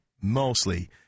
mostly